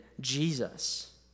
Jesus